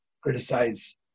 criticize